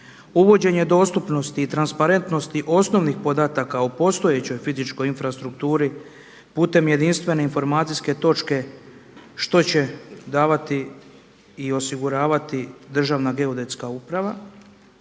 uvođenje dostupnosti i transparentnosti osnovnih podataka o postojećoj fizičkoj infrastrukturi putem jedinstvene informacijske točke što će davati i osiguravati Državna geodetska uprava,